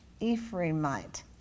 Ephraimite